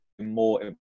more